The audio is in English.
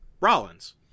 Rollins